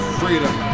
freedom